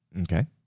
Okay